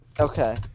Okay